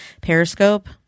Periscope